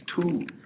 two